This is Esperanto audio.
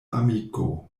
amiko